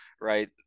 right